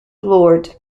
lord